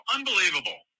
Unbelievable